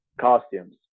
costumes